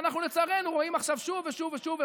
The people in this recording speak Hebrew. ואנחנו, לצערנו, רואים עכשיו שוב ושוב ושוב.